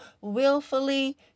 willfully